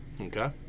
Okay